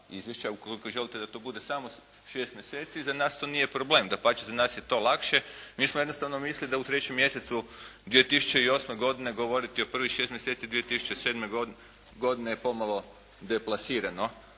Izvješća, ukoliko želite da to bude samo 6 mjeseci, za nas to nije problem, dapače, za nas je to lakše. Mi smo jednostavno mislili da u trećem mjesecu 2008. godine, govoriti o prvih 6 mjeseci 2007. godine je pomalo deplasirano.